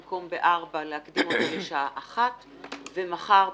במקום ב-16:00 להקדים לשעה 13:00; ומחר,